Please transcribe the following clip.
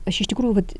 aš iš tikrųjų vat